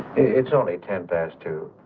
it's only ten best to.